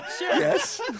Yes